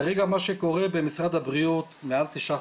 כרגע מה שקורה במשרד הבריאות מעל תשעה